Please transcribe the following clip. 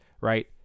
Right